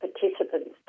participants